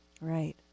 Right